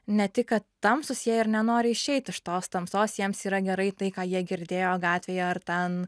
ne tik ka tamsūs jie ir nenori išeit iš tos tamsos jiems yra gerai tai ką jie girdėjo gatvėje ar ten